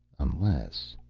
unless